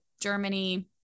Germany